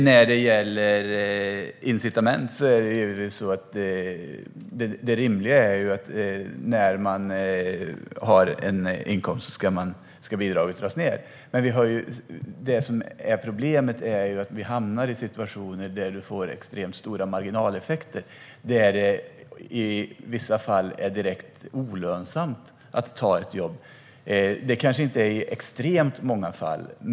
När det gäller incitament är det rimliga att bidraget ska dras ned när man har en inkomst. Men problemet är att vi hamnar i situationer där det är extremt stora marginaleffekter. I vissa fall är det direkt olönsamt att ta ett jobb. Det kanske inte är så i extremt många fall.